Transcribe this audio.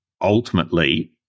ultimately